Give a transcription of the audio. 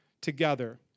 together